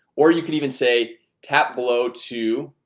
or you can even say tap below to